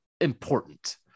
important